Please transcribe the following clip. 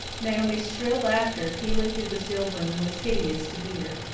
naomi's shrill laughter, pealing through the still room, was hideous to hear.